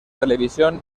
televisión